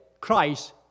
Christ